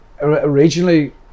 originally